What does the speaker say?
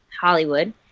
hollywood